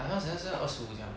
好像现在是二十五 sia